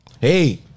Hey